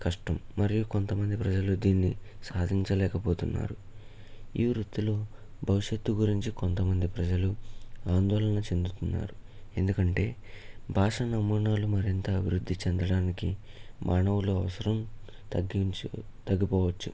కష్టం మరియు కొంతమంది ప్రజలు దీన్ని సాధించలేకపోతున్నారుఈ వృత్తిలో భవిష్యత్తు గురించి కొంతమంది ప్రజలు ఆందోళన చెందుతున్నారు ఎందుకంటే భాష నమూనాలు మరింత అబివృద్ది చెందడానికి మానవులు అవసరం తగ్గించ్ తగ్గిపోవచ్చు